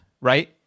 right